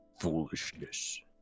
foolishness